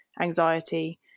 Anxiety